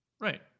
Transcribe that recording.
Right